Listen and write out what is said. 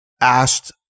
asked